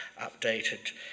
updated